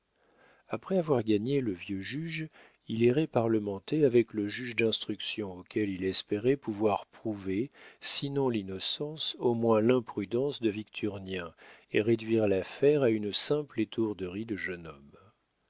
après avoir gagné le vieux juge il irait parlementer avec le juge d'instruction auquel il espérait pouvoir prouver sinon l'innocence au moins l'imprudence de victurnien et réduire l'affaire à une simple étourderie de jeune homme